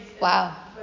Wow